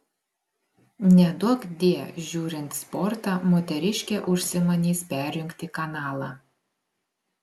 neduokdie žiūrint sportą moteriškė užsimanys perjungti kanalą